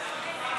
ופועלו)